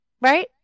right